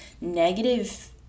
negative